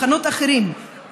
מחנות אחרים,